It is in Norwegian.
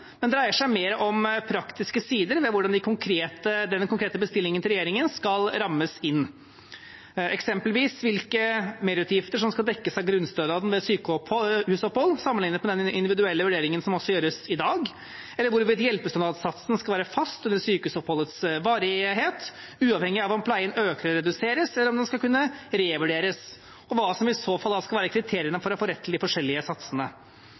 men dreier seg mer om praktiske sider ved hvordan denne konkrete bestillingen til regjeringen skal rammes inn, eksempelvis hvilke merutgifter som skal dekkes av grunnstønaden ved sykehusopphold, sammenlignet med den individuelle vurderingen som også gjøres i dag, eller hvorvidt hjelpestønadssatsen skal være fast under sykehusoppholdets varighet uavhengig av om pleien økes eller reduseres, eller om den skal kunne revurderes, og hva som i så fall skal være kriteriene for å få rett til de forskjellige satsene.